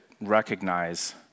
recognize